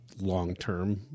long-term